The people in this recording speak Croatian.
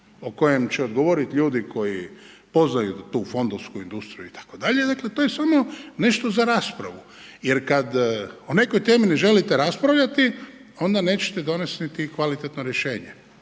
o kojem će odgovoriti ljudi koji poznaju fondovsku industriju itd., dakle to je samo nešto za raspravu jer kad o nekoj temi ne želite raspravljati, onda neće donesti ni kvalitetno rješenje.